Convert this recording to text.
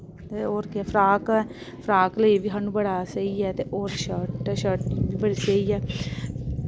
ते होर केह् फ्राक ऐ फ्राक लेई बी सानूं बड़ा स्हेई ऐ ते होर शर्ट शर्ट बड़ी स्हेई ऐ